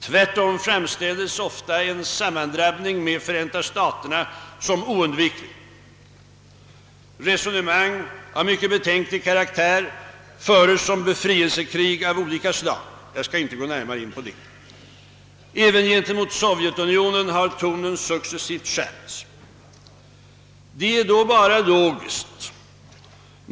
Tvärtom framställes ofta en sammandrabbning med Förenta staterna som oundviklig. Resonemang av mycket betänklig karaktär föres om befrielsekrig av olika slag — jag skall inte gå närmare in härpå. Även gentemot Sovjetunionen har tonen successivt skärpts.